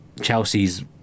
Chelsea's